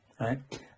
right